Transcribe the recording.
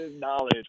knowledge